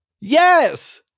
Yes